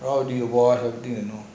how do you wash everything